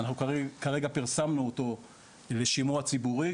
אנחנו כרגע פרסמנו אותו לשימוע ציבורי,